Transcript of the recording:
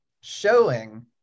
showing